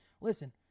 listen